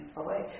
away